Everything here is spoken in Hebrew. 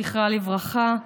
זכרה לברכה.